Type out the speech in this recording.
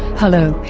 hello,